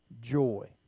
joy